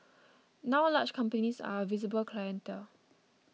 now large companies are a visible clientele